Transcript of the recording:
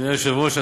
אדוני היושב-ראש,